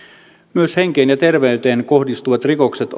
myös henkeen ja terveyteen kohdistuvat rikokset